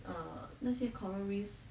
err 那些 coral reefs